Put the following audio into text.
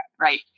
Right